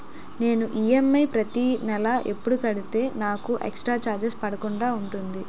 నేను ఈ.ఎం.ఐ ప్రతి నెల ఎపుడు కడితే నాకు ఎక్స్ స్త్ర చార్జెస్ పడకుండా ఉంటుంది?